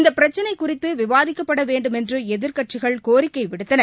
இந்தபிரச்சினைகுறித்துவிவாதிக்கப்படவேண்டுமென்றுஎதிர்க்கட்சிகள் கோரிக்கைவிடுத்தன